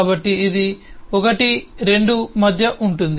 కాబట్టి ఇది 12 మధ్య ఉంటుంది